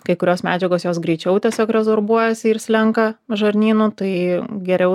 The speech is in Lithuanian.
kai kurios medžiagos jos greičiau tiesiog rezorbuojasi ir slenka žarnynu tai geriau